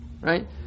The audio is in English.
right